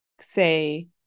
say